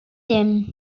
dim